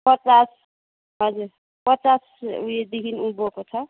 पचास हजुर पचास उयोदेखि उँभोको छ